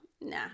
Nah